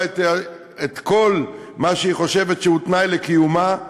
את כל מה שהיא חושבת שהוא תנאי לקיומה,